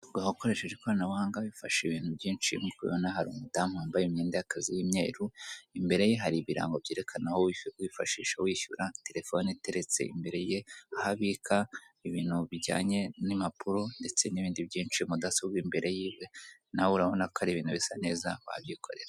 Guhaha ukoresheje ikoranabuhanga bifasha ibintu byinshi. Nk'uko ubibona hari umudamu wambaye imyenda y'akazi y'imyeru. Imbere ye hari ibirango byerekana aho wifashisha wishyura, telefone iteretse imbere ye, aho abika ibintu bijyanye n'impapuro ndetse n'ibindi byinshi, mudasobwa imbere y'iwe. Nawe urabona ko ari ibintu bisa neza wabyikorera.